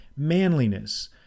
manliness